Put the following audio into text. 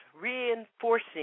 reinforcing